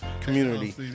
community